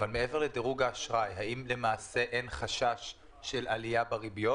אבל מעבר לדירוג האשראי האם אין חשש של עליה בריביות?